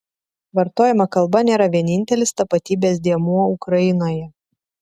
vartojama kalba nėra vienintelis tapatybės dėmuo ukrainoje